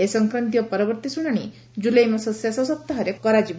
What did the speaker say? ଏ ସଂକ୍ରାନ୍ତୀୟ ପରବର୍ତ୍ତୀ ଶୁଶାଶି ଜୁଲାଇ ମାସ ଶେଷ ସପ୍ତାହରେ କରାଯିବ